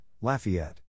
Lafayette